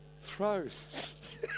throws